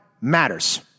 matters